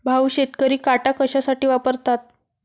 भाऊ, शेतकरी काटा कशासाठी वापरतात?